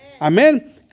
Amen